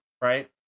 right